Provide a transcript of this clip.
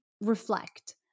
reflect